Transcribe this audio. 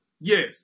Yes